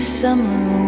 summer